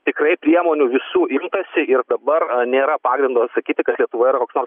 tikrai priemonių visų imtasi ir dabar nėra pagrindo sakyti kad lietuvoje yra koks nors